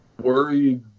worried